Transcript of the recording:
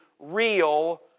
real